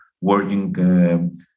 working